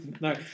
no